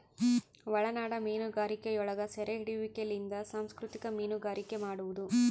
ಒಳನಾಡ ಮೀನುಗಾರಿಕೆಯೊಳಗ ಸೆರೆಹಿಡಿಯುವಿಕೆಲಿಂದ ಸಂಸ್ಕೃತಿಕ ಮೀನುಗಾರಿಕೆ ಮಾಡುವದು